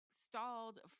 stalled